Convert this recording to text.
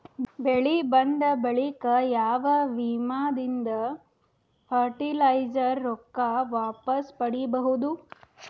ಬೆಳಿ ಬಂದ ಬಳಿಕ ಯಾವ ವಿಮಾ ದಿಂದ ಫರಟಿಲೈಜರ ರೊಕ್ಕ ವಾಪಸ್ ಪಡಿಬಹುದು?